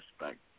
respect